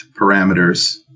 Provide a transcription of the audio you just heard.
parameters